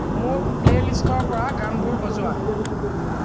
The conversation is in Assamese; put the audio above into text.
মোৰ প্লে'লিষ্টৰ পৰা গানবোৰ বজোৱা